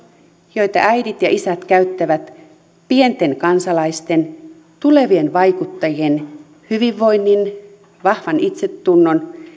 joita äidit ja isät käyttävät pienten kansalaisten tulevien vaikuttajien hyvinvoinnin vahvan itsetunnon